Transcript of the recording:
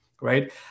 Right